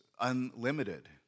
unlimited